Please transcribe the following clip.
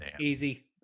easy